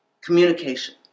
Communication